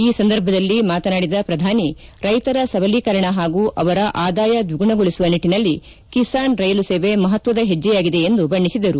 ಈ ಸಂದರ್ಭದಲ್ಲಿ ಮಾತನಾಡಿದ ಪ್ರಧಾನಿ ರೈತರ ಸಬಲೀಕರಣ ಹಾಗೂ ಅವರ ಆದಾಯ ದ್ವಿಗುಣಗೊಳಿಸುವ ನಿಟ್ಟನಲ್ಲಿ ಕಿಸಾನ್ ರೈಲು ಸೇವೆ ಮಹತ್ವದ ಹೆಜ್ಜೆಯಾಗಿದೆ ಎಂದು ಬಣ್ಣಿಸಿದರು